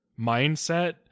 mindset